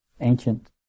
ancient